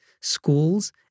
schools